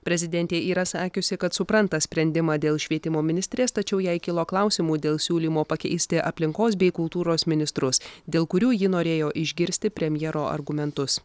prezidentė yra sakiusi kad supranta sprendimą dėl švietimo ministrės tačiau jai kilo klausimų dėl siūlymo pakeisti aplinkos bei kultūros ministrus dėl kurių ji norėjo išgirsti premjero argumentus